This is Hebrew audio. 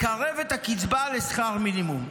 לקרב את הקצבה לשכר מינימום.